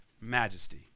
majesty